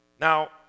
Now